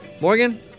Morgan